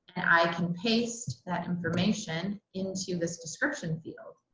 i can paste that information into this description field.